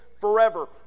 forever